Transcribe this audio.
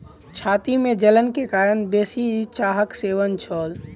छाती में जलन के कारण बेसी चाहक सेवन छल